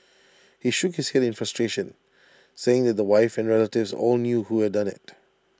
he shook his Head in frustration saying that the wife and relatives all knew who had done IT